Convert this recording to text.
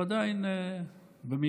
הוא עדיין במילואים.